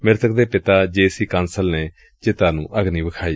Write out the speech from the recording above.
ਮ੍ਰਿਤਕ ਦੇ ਪਿਤਾ ਜੇ ਸੀ ਕਾਂਸਲ ਨੇ ਚਿਤਾ ਨੂੰ ਅਗਨੀ ਵਿਖਾਈ